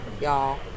y'all